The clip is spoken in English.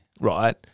Right